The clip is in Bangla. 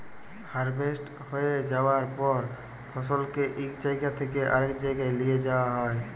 হারভেস্ট হঁয়ে যাউয়ার পর ফসলকে ইক জাইগা থ্যাইকে আরেক জাইগায় লিঁয়ে যাউয়া হ্যয়